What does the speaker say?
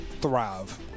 thrive